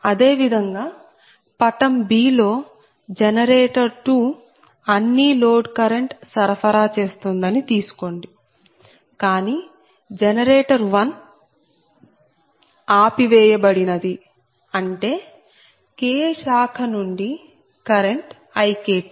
అదే విధంగా పటం b లో జనరేటర్ 2 అన్నీ లోడ్ కరెంట్ సరఫరా చేస్తుందని తీసుకోండి కానీ జనరేటర్ 1 ఆపివేయబడినది అంటే K శాఖ నుండి కరెంట్ IK2